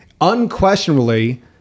unquestionably